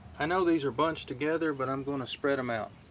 i know these are bunched together but i'm going to spread them out.